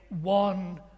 one